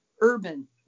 urban